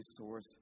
source